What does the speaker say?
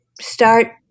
start